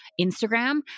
Instagram